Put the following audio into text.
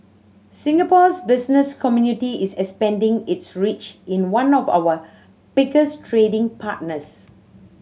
Singapore's business community is expanding its reach in one of our biggest trading partners